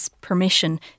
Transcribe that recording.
permission